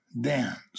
dance